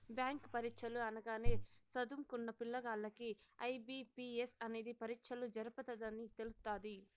bank పరీచ్చలు అనగానే సదుంకున్న పిల్లగాల్లకి ఐ.బి.పి.ఎస్ అనేది పరీచ్చలు జరపతదని తెలస్తాది